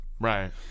Right